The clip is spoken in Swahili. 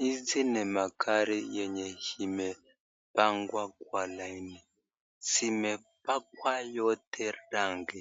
Hizi ni magari enye zimepangwa kwa laini, zimepakwa yote rangi